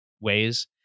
ways